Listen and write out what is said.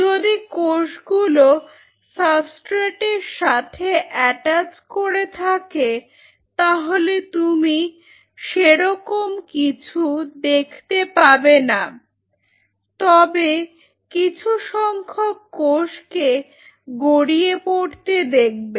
যদি কোষগুলো সাবস্ট্রেট এর সাথে অ্যাটাচ করে থাকে তাহলে তুমি সেরকম কিছু দেখতে পাবে না তবে কিছু সংখ্যক কোষকে গড়িয়ে পড়তে দেখবে